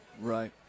Right